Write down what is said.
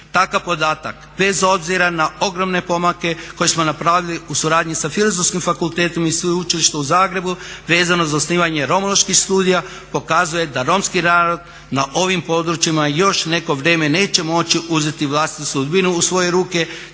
Takav podatak bez obzira na ogromne pomake koje smo napravili u suradnji sa Filozofskim fakultetom Sveučilišta u Zagrebu vezano za osnivanje romoloških studija pokazuje da Romski narod na ovim područjima još neko vrijeme neće moći uzeti vlastitu sudbinu u svoje ruke